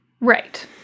Right